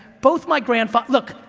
both my grandpa, look,